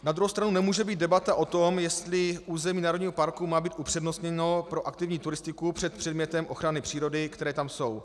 Na druhou stranu nemůže být debata o tom, jestli území národního parku má být upřednostněno pro aktivní turistiku před předmětem ochrany přírody, které tam jsou.